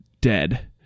dead